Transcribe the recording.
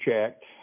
checked